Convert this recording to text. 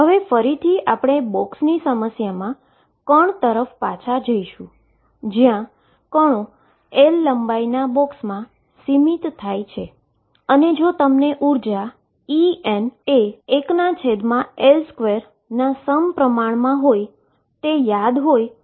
હવે ફરીથી આપણે બોક્સની સમસ્યામાં પાર્ટીકલ પર પાછા જઈશું જ્યાં કણો L લંબાઈના બોક્સમાં સીમિત થાય છે અને જો તમને એનર્જી En1L2 યાદ હોય તો